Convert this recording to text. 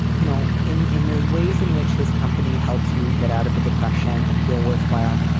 you know, in in the ways in which this company helps you get out of a depression and feel worthwhile,